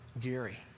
Gary